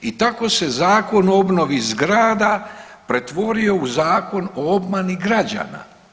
I tako se Zakon o obnovi zgrada pretvorio u zakon o obmani građana.